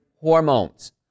hormones